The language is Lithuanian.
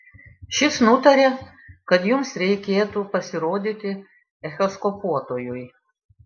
šis nutarė kad jums reikėtų pasirodyti echoskopuotojui